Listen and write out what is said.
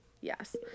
Yes